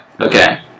Okay